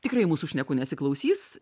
tikrai mūsų šnekų nesiklausys